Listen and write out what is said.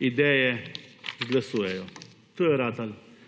ideje izglasujejo to je ratalo